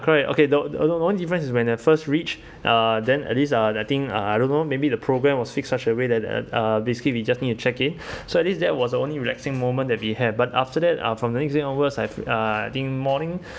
correct okay the th~ o~ only difference is when the first reached uh then at least uh I think uh I don't know maybe the program was fixed such a way that at uh basically we just need to check-in so at least that was the only relaxing moment that we have but after that uh from morning six onward I've uh I think morning